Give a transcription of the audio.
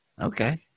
Okay